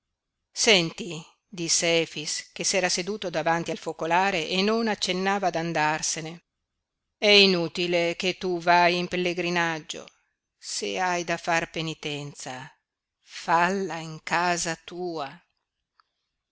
in ottobre senti disse efix che s'era seduto davanti al focolare e non accennava ad andarsene è inutile che tu vai in pellegrinaggio se hai da far penitenza falla in casa tua